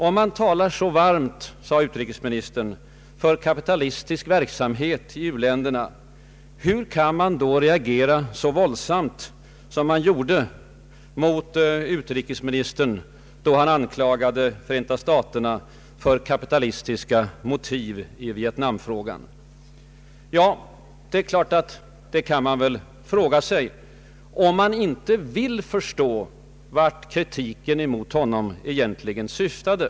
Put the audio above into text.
Om man talar så varmt, sade utrikesministern, för kapitalismens verksamhet i u-länderna, hur kan man då reagera så våldsamt som man gjorde mot utrikesministerns angrepp på Förenta staterna för kapitalistiska motiv i Vietnamfrågan? Ja, det kan man givetvis fråga sig, om man inte vill förstå vart kritiken mot honom egentligen syftade.